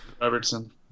Robertson